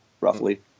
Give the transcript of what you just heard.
roughly